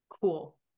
cool